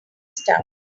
stuff